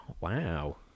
wow